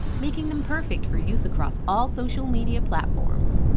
making them perfect for use across all social media platforms.